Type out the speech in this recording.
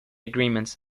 agreements